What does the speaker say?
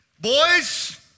Boys